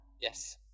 Yes